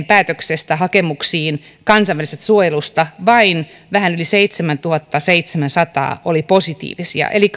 päätöksestä hakemuksiin kansainvälisestä suojelusta vuonna kaksituhattakuusitoista vain vähän yli seitsemäntuhattaseitsemänsataa oli positiivisia eli